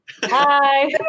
Hi